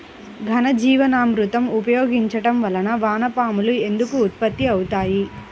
ఘనజీవామృతం ఉపయోగించటం వలన వాన పాములు ఎందుకు ఉత్పత్తి అవుతాయి?